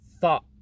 thought